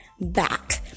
back